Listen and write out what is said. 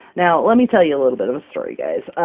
now, let me tell you a little bit of a story guys.